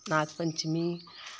नाग पंचमी और